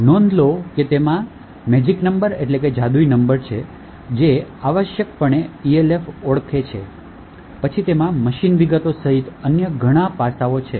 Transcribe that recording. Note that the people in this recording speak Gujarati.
નોંધ લો કે તેમાં જાદુ નંબર છે જે આવશ્યકરૂપે Elf ઓળખ છે પછી તેમાં મશીન વિગતો સહિત અન્ય ઘણા પાસાંઓ છે